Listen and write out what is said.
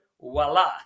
Voila